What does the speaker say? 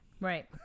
Right